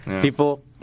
People